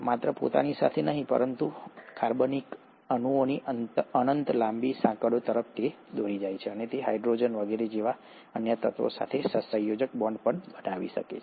માત્ર પોતાની સાથે અને આ રીતે કાર્બનિક અણુઓની અનંત લાંબી સાંકળો તરફ દોરી જાય છે તે હાઇડ્રોજન વગેરે જેવા અન્ય તત્વો સાથે સહસંયોજક બોન્ડ પણ બનાવી શકે છે